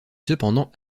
cependant